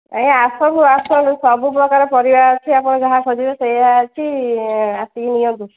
ଆଜ୍ଞ ଆସନ୍ତୁ ଆସନ୍ତୁ ସବୁ ପ୍ରକାର ପରିବା ଅଛି ଆପଣ ଯାହା ଖୋଜିବେ ସେଇଆ ଅଛି ଆସିକି ନିଅନ୍ତୁ